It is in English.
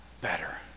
better